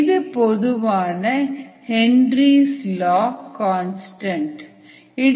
இது பொதுவாக Henry's law constant Henry's law constant